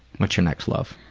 what's your next love?